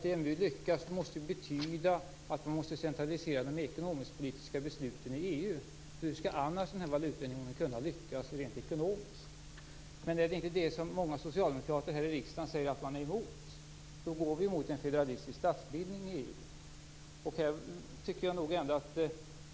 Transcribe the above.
Det måste betyda att de ekonomisk-politiska besluten måste centraliseras till EU. Hur skall valutaunionen annars kunna lyckas rent ekonomiskt? Men är det inte detta som många socialdemokrater här i kammaren säger att de är emot? Då går vi mot en federalistisk statsbildning i EU.